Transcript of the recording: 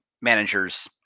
managers